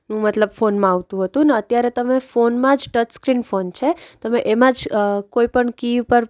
મતલબ ફોનમાં આવતું હતું ને અત્યારે તમે ફોનમાં જ ટચસ્ક્રીન ફોન છે તમે એમાં જ કોઈ પણ કી